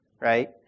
right